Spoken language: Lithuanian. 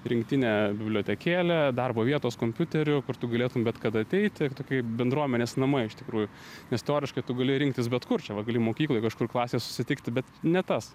rinktinė bibliotekėlė darbo vietos kompiuteriu kur tu galėtum bet kada ateiti kaip bendruomenės namai iš tikrųjų nes teoriškai tu gali rinktis bet kur čia va gali mokykloj kažkur klasėje susitikti bet ne tas